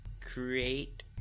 create